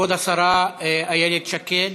כבוד השרה איילת שקד.